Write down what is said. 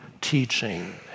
teaching